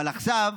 אבל עכשיו,